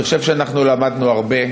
אני חושב שלמדנו הרבה